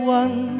one